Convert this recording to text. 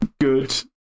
good